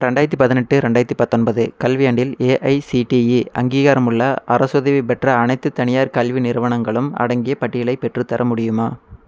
ரெண்டாயிரத்து பதினெட்டு ரெண்டாயிரத்து பத்தொன்பது கல்வியாண்டில் எஐசிடிஇ அங்கீகாரமுள்ள அரசுதவி பெற்ற அனைத்துத் தனியார் கல்வி நிறுவனங்களும் அடங்கிய பட்டியலை பெற்றுத்தர முடியுமா